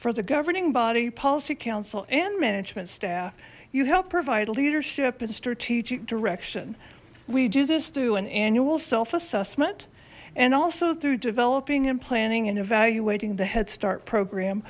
for the governing body policy council and men and staff you helped provide leadership and strategic direction we do this do an annual self assessment and also through developing and planning and evaluating the head start program